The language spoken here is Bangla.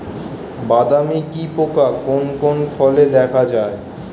বাদামি কি পোকা কোন কোন ফলে দেখা যায়?